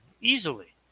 easily